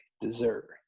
dessert